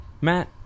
Matt